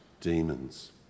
demons